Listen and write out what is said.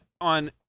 on